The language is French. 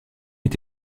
est